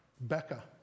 Becca